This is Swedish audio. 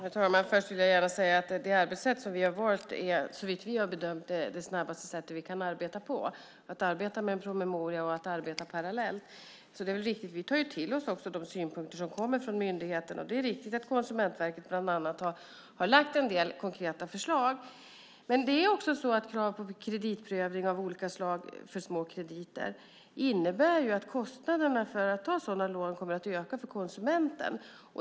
Herr talman! Först vill jag gärna säga att det arbetssätt som vi har valt såvitt vi har bedömt är det snabbaste sättet vi kan arbeta på, att arbeta med en promemoria och att arbeta parallellt. Vi tar också till oss de synpunkter som kommer från myndigheterna. Det är riktigt att bland annat Konsumentverket har lagt fram en del konkreta förslag. Men det är också så att krav på kreditprövning av olika slag för små krediter innebär att kostnaderna för att ta sådana lån kommer att öka för konsumenten.